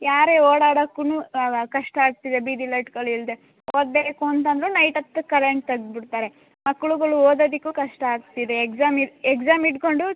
ಯಾರೇ ಓಡಾಡೋಕ್ಕೂ ಕಷ್ಟ ಆಗ್ತಿದೆ ಬೀದಿ ಲೈಟ್ಗಳು ಇಲ್ಲದೆ ಓದಬೇಕು ಅಂತಂದ್ರು ನೈಟ್ ಹೊತ್ತು ಕರೆಂಟ್ ತೆಗ್ದು ಬಿಡ್ತಾರೆ ಮಕ್ಕಳುಗಳು ಓದೋದಕ್ಕು ಕಷ್ಟ ಆಗ್ತಿದೆ ಎಗ್ಸಾಮ್ ಈ ಎಗ್ಸಾಮ್ ಇಟ್ಕೊಂಡು